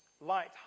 light